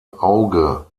auge